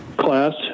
class